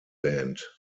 band